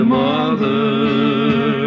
mother